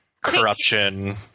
corruption